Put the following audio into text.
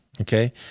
Okay